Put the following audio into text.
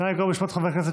נא לקרוא בשמות חברי הכנסת